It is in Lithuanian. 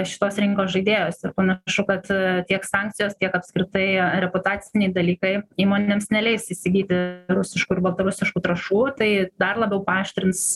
šitos rinkos žaidėjos ir panašu kad tiek sankcijos tiek apskritai reputaciniai dalykai įmonėms neleis įsigyti rusiškų ir baltarusiškų trąšų tai dar labiau paaštrins